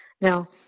Now